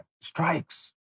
strikes